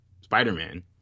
Spider-Man